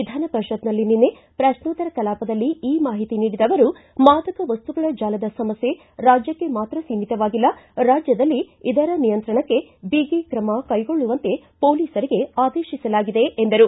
ವಿಧಾನಪರಿಪತ್ನಲ್ಲಿ ನಿನ್ನೆ ಪ್ರಶ್ನೋತ್ತರ ಕಲಾಪದಲ್ಲಿ ಈ ಮಾಹಿತಿ ನೀಡಿದ ಅವರು ಮಾದಕ ವಸ್ತುಗಳ ಜಾಲದ ಸಮಸ್ಯೆ ರಾಜ್ಯಕ್ಷೆ ಮಾತ್ರ ಒೕಮಿತವಾಗಿಲ್ಲ ರಾಜ್ಯದಲ್ಲಿ ಇದರ ನಿಯಂತ್ರಣಕ್ಕೆ ಬಿಗಿ ಕ್ರಮ ಕೈಗೊಳ್ಳುವಂತೆ ಪೊಲೀಸರಿಗೆ ಆದೇಶಿಸಲಾಗಿದೆ ಎಂದರು